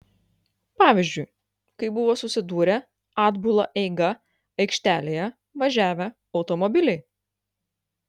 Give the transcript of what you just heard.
pavyzdžiui kai buvo susidūrę atbula eiga aikštelėje važiavę automobiliai